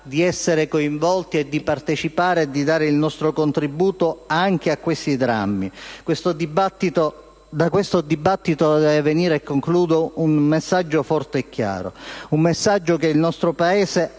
di essere coinvolti, di partecipare e di dare il nostro contributo anche a questi drammi. Da questo dibattito deve venire un messaggio forte e chiaro: il messaggio che il nostro Paese